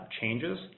changes